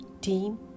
team